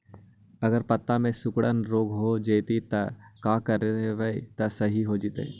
अगर पत्ता में सिकुड़न रोग हो जैतै त का करबै त सहि हो जैतै?